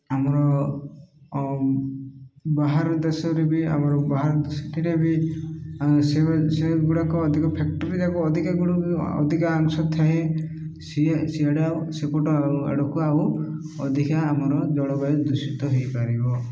ଆମର ବାହାର ଦେଶରେ ବି ଆମର ବା ସେଠାରେ ବି ସେ ସେଗୁଡ଼ାକ ଅଧିକ ଫ୍ୟାକ୍ଟରୀଯାକ ଅଧିକ ଅଧିକା ଅଂଶ ଥାଏ ସି ସେଆଡ଼େ ଆଉ ସେପଟ ଆଡ଼କୁ ଆଉ ଅଧିକା ଆମର ଜଳବାୟୁ ଦୂଷିତ ହୋଇପାରିବ